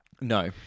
No